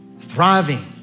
thriving